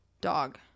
Dog